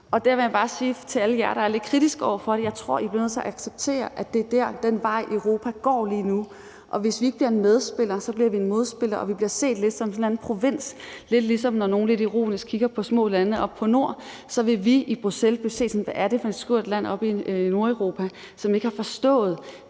Der vil jeg bare sige til alle jer, der er lidt kritiske over for det, at jeg tror, I bliver nødt til at acceptere, at det er den vej, Europa lige nu går, og at vi, hvis vi ikke bliver medspillere, bliver modspillere, og at vi bliver set lidt som sådan en eller anden provins. Det er lidt, ligesom når nogle lidt ironisk kigger på de små lande oppe fra nord, så vil der i Bruxelles blive set sådan på os: Hvad er det for et skørt land oppe i Nordeuropa, som ikke har forstået,